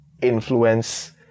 influence